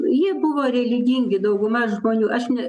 jie buvo religingi dauguma žmonių aš ne